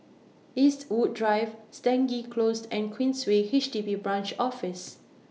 Eastwood Drive Stangee Close and Queensway H D B Branch Office